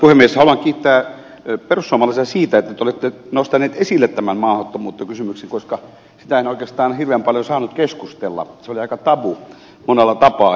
haluan kiittää perussuomalaisia siitä että te olette nostaneet esille tämän maahanmuuttokysymyksen koska siitähän ei oikeastaan hirveän paljon saanut keskustella se oli aika tabu monella tapaa